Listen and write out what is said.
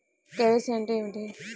KYC అంటే ఏమి?